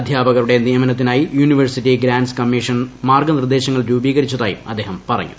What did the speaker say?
അധ്യാപകരുടെ നിയമനത്തിനായി university grants commission മാർഗ്ഗനിർദ്ദേശങ്ങൾ രൂപീകരിച്ചതായും അദ്ദേഹം പറഞ്ഞു